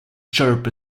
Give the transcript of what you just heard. chirp